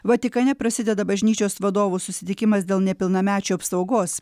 vatikane prasideda bažnyčios vadovų susitikimas dėl nepilnamečių apsaugos